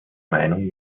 meinung